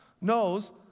knows